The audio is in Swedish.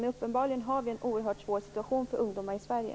Men uppenbarligen är det en oerhört svår situation för ungdomar i Sverige.